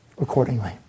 accordingly